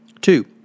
Two